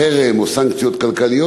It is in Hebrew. חרם או סנקציות כלכליות,